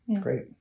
great